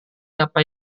apa